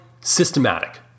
systematic